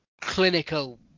clinical